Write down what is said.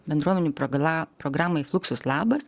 bendruomenei pragula programai fluxus labas